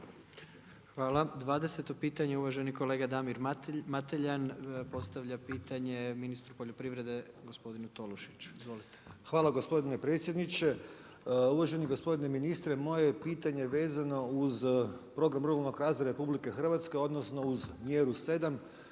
Hvala. 20 pitanje uvaženi kolega Damir Mateljan, postavlja pitanje ministru poljoprivrede gospodinu Tolušiću. Izvolite. **Mateljan, Damir (SDP)** Hvala gospodine predsjedniče. Uvaženi gospodine ministre. Moje je pitanje vezano uz program ruralnog razvoja RH odnosno uz mjeru 7,